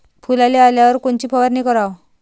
फुलाले आल्यावर कोनची फवारनी कराव?